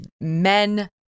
men